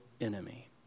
enemy